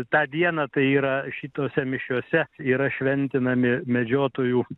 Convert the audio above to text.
tą dieną tai yra šitose mišiose yra šventinami medžiotojų